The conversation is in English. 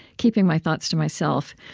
keeping my thoughts to myself.